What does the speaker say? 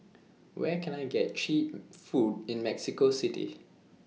Where Can I get Cheap Food in Mexico City